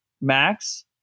max